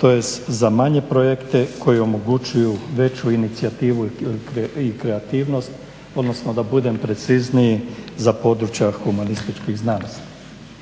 tj. za manje projekte koji omogućuju veću inicijativu i kreativnost, odnosno da budem precizniji za područja humanističkih znanosti.